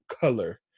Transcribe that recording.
color